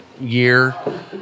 year